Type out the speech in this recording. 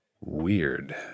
weird